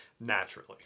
naturally